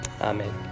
Amen